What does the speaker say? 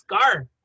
scar